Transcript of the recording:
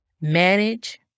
manage